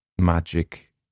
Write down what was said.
magic